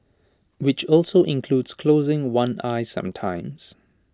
which also includes closing one eye sometimes